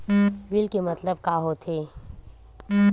Bill के मतलब का होथे?